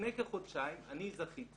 לפני כחודשיים אני זכיתי